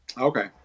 Okay